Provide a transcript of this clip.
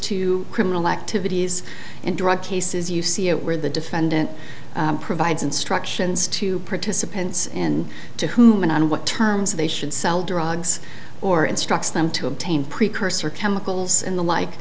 to criminal activities in drug cases you see it where the defendant provides instructions to participants and to whom and on what terms they should sell drugs or instructs them to obtain precursor chemicals and the like